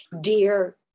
dear